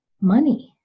money